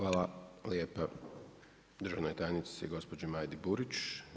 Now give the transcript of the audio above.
Hvala lijepo državnoj tajnici, gospođi Majdi Burić.